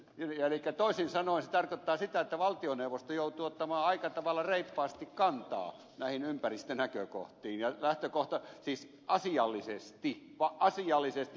elikkä toisin sanoen se tarkoittaa sitä että valtioneuvosto joutuu ottamaan aika tavalla reippaasti kantaa näihin ympäristönäkökohtiin siis asiallisesti